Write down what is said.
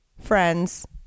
friends